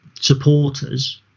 supporters